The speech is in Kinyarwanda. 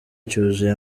cyuzuye